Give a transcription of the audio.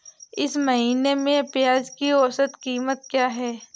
इस महीने में प्याज की औसत कीमत क्या है?